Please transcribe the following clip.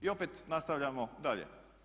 I opet nastavljamo dalje.